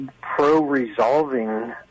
pro-resolving